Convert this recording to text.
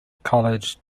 college